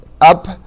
up